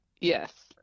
Yes